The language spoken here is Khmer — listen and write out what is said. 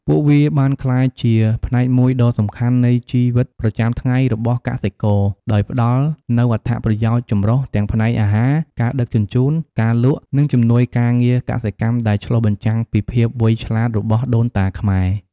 ពួកវាបានក្លាយជាផ្នែកមួយដ៏សំខាន់នៃជីវិតប្រចាំថ្ងៃរបស់កសិករ ដោយផ្ដល់នូវអត្ថប្រយោជន៍ចម្រុះទាំងផ្នែកអាហារ ការដឹកជញ្ជូន ការលក់ដូរ និងជំនួយការងារកសិកម្មដែលឆ្លុះបញ្ចាំងពីភាពវៃឆ្លាតរបស់ដូនតាខ្មែរ។